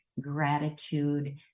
gratitude